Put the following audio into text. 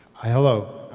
hello.